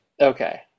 Okay